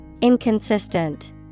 Inconsistent